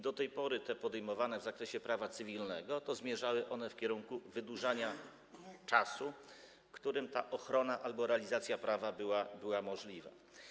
Do tej pory inicjatywy podejmowane w zakresie prawa cywilnego zmierzały w kierunku wydłużania czasu, w którym ta ochrona albo realizacja prawa była możliwa.